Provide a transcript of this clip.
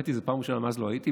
ומאז לא הייתי,